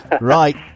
Right